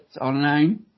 online